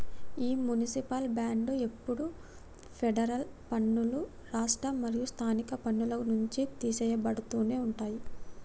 ఈ మునిసిపాల్ బాండ్లు ఎప్పుడు ఫెడరల్ పన్నులు, రాష్ట్ర మరియు స్థానిక పన్నుల నుంచి తీసెయ్యబడుతునే ఉంటాయి